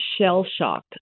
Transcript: shell-shocked